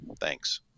Thanks